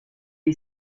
you